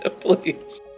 please